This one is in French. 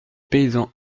paysan